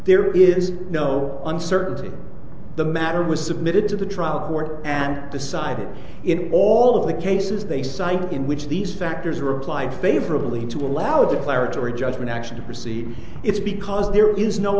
there is no uncertainty the matter was submitted to the trial court and decided it all of the cases they cite in which these factors are applied favorably to allow the clarity or judgment actually to proceed it's because there is no